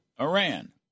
Iran